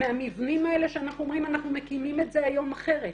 מהמבנים האלה שאנחנו אומרים אנחנו מקימים את זה היום אחרת.